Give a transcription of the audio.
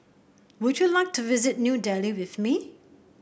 would you like to visit New Delhi with me